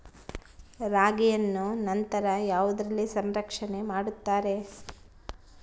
ರಾಗಿಯನ್ನು ನಂತರ ಯಾವುದರಲ್ಲಿ ಸಂರಕ್ಷಣೆ ಮಾಡುತ್ತಾರೆ?